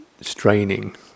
straining